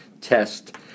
test